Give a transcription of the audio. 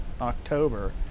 October